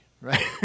right